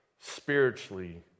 spiritually